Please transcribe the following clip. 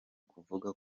kuvuga